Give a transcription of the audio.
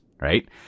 Right